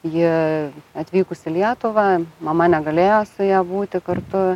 jie atvykus į lietuvą mama negalėjo su ja būti kartu